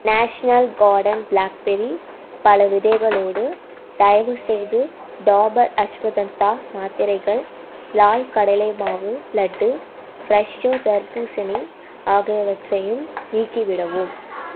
national gardens blackberry பழ விதைகளோடு தயவு செய்து டாபர் அஷ்வதந்தா மாத்திரைகள் லால் கடலைமாவு லட்டு ஃப்ரெஷோ தர்பூசணி ஆகியவற்றையும் நீக்கிவிடவும்